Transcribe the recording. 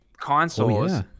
consoles